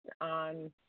on